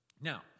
Now